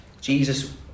Jesus